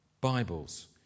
Bibles